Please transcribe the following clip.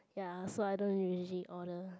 ya so I don't usually order